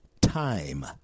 time